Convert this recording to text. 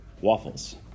waffles